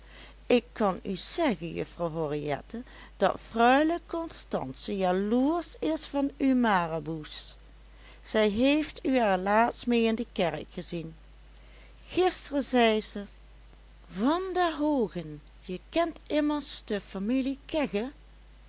ik kan u zeggen juffrouw henriette dat de freule constance jaloersch is van uw maraboe's zij heeft u er laatst mee in de kerk gezien gisteren zei ze van der hoogen je kent immers de familie kegge